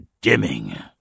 dimming